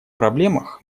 проблемах